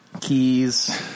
keys